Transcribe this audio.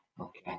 Okay